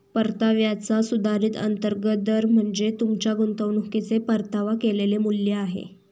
परताव्याचा सुधारित अंतर्गत दर म्हणजे तुमच्या गुंतवणुकीचे परतावा केलेले मूल्य आहे